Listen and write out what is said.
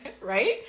right